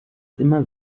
immer